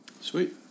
Sweet